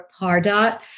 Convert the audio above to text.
Pardot